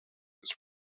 this